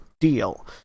deal